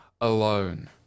alone